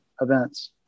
events